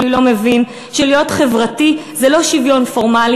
מבין שלהיות חברתי זה לא שוויון פורמלי,